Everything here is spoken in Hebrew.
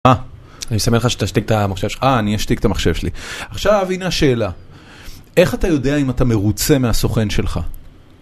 אה, אני מסמל לך שתשתיק את המחשב שלך. אה, אני אשתיק את המחשב שלי. עכשיו, הנה השאלה: איך אתה יודע אם אתה מרוצה מהסוכן שלך?